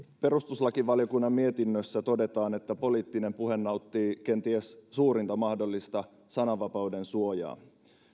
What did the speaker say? perustuslakivaliokunnan mietinnössä todetaan että poliittinen puhe nauttii kenties suurinta mahdollista sananvapauden suojaa